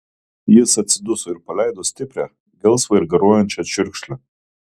jis atsiduso ir paleido stiprią gelsvą ir garuojančią čiurkšlę